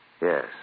Yes